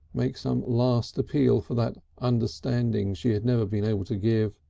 make some last appeal for that understanding she had never been able to give.